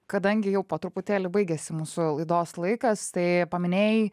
kadangi jau po truputėlį baigiasi mūsų laidos laikas tai paminėjai